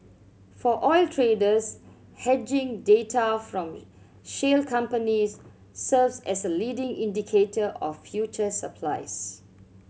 for oil traders hedging data from shale companies serves as a leading indicator of future supplies